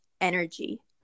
energy